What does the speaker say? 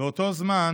באותו זמן